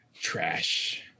Trash